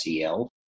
SEL